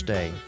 Day